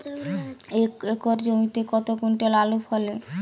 এক একর জমিতে কত কুইন্টাল আলু ফলে?